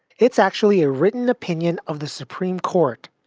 it's actually a written opinion of the supreme court.